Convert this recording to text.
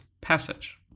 passage